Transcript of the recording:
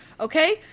okay